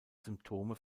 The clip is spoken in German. symptome